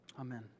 Amen